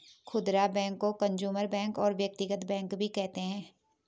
खुदरा बैंक को consumer bank और व्यक्तिगत बैंक भी कहते हैं